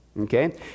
Okay